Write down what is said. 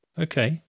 Okay